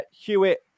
Hewitt